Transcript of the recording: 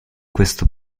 questo